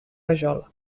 rajola